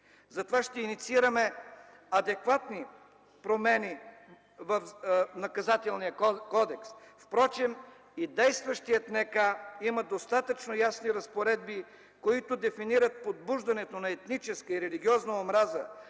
Затова ще инициираме адекватни промени в Наказателния кодекс. Впрочем и действащият НК има достатъчно ясни разпоредби, които дефинират подбуждането на етническа и религиозна омраза,